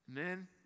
amen